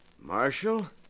Marshal